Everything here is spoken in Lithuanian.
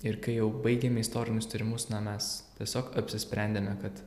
ir kai jau baigėme istorinius tyrimus na mes tiesiog apsisprendėme kad